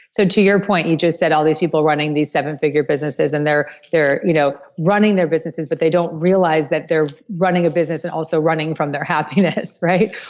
so to your point you just said all these people running these seven figure businesses and they're they're you know running their businesses but they don't realize that they're running a business and also running from their happiness, right?